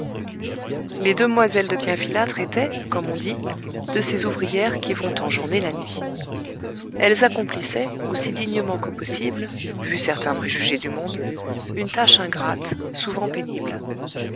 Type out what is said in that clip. les demoiselles de bienfilâtre étaient comme on dit de ces ouvrières qui vont en journée la nuit elles accomplissaient aussi dignement que possible vu certains préjugés du monde une tâche ingrate souvent pénible